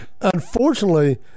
unfortunately